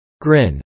Grin